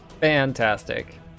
Fantastic